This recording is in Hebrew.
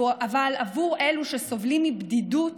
אבל עבור אלו שסובלים מבדידות